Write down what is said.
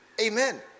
Amen